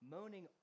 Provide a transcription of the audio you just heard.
Moaning